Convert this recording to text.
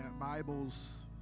Bibles